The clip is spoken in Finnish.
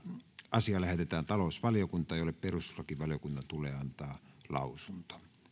asia lähetetään talousvaliokuntaan jolle perustuslakivaliokunnan on annettava lausunto